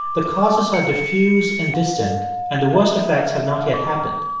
the causes are diffuse and distant and the worst effects have not yet happened.